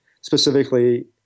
specifically